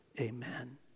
Amen